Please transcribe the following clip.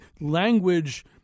language